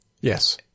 Yes